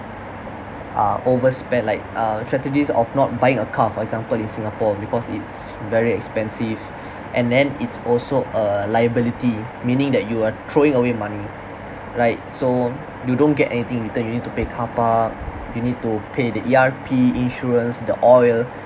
uh overspend like uh strategies of not buying a car for example in singapore because it's very expensive and then it's also a liability meaning that you are throwing away money right so you don't get anything return you need to pay car park you need to pay the E_R_P insurance the oil